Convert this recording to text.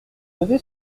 levait